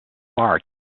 far